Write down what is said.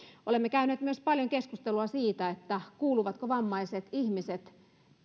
olemme käyneet paljon keskustelua myös siitä kuuluvatko vammaiset ihmiset